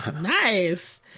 nice